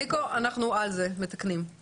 אליקו, אנחנו נתקן את זה.